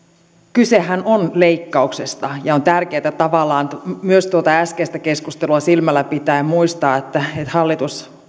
kysehän on leikkauksesta ja on tärkeätä tavallaan myös tuota äskeistä keskustelua silmällä pitäen muistaa että hallitus